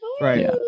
right